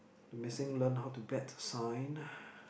the missing learn how to bet sign